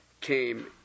came